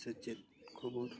ᱥᱮᱪᱮᱫ ᱠᱷᱚᱵᱚᱨ